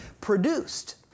produced